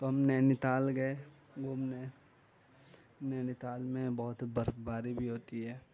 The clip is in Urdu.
تو ہم نینی تال گئے گھومنے نینی تال میں بہت برفباری بھی ہوتی ہے